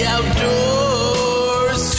Outdoors